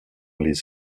les